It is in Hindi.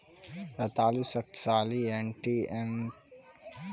रतालू शक्तिशाली एंटी इंफ्लेमेटरी और एंटीऑक्सीडेंट गुणों वाला पदार्थ है